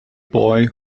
boy